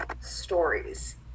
stories